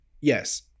yes